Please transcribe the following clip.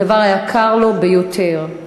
הדבר היקר לו ביותר,